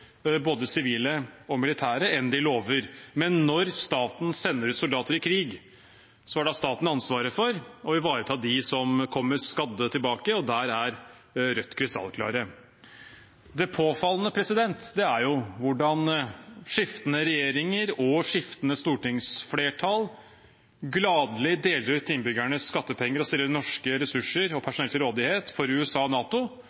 både sivile og militære, enn de lover. Men når staten sender soldater ut i krig, har staten ansvaret for å ivareta dem som kommer skadd tilbake, og der er Rødt krystallklare. Det påfallende er jo hvordan skiftende regjeringer og skiftende stortingsflertall gladelig deler ut innbyggernes skattepenger og stiller norske ressurser og personell til rådighet for USA og NATO